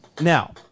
Now